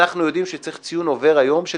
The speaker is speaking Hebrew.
אנחנו יודעים שצריך ציון עובר היום של